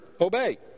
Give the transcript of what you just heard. obey